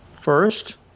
First